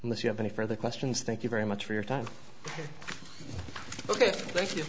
unless you have any further questions thank you very much for your time